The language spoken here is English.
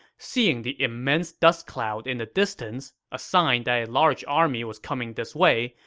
seeing the immense dust cloud in the distance, a sign that a large army was coming this way,